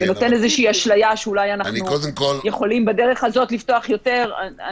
זה נותן אשליה שאולי אנחנו יכולים בדרך הזאת לפתוח יותר.